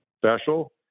special